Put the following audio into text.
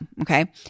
Okay